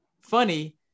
funny